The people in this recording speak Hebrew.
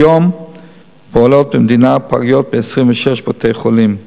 כיום פועלות במדינה פגיות ב-26 בתי-חולים.